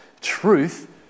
truth